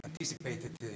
anticipated